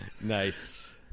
Nice